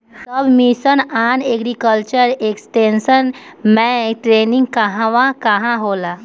सब mission on agriculture extension मै training कहवा कहा होला?